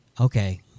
Okay